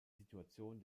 situation